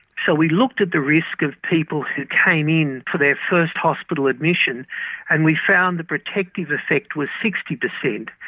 so we looked at the risk of people who came in for their first hospital admission and we found the protective effect was sixty percent.